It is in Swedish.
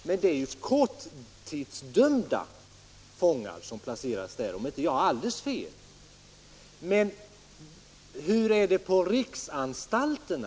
Om jag inte har alldeles fel är det korttidsfångar som placeras där. Men hur är det på riksanstalterna?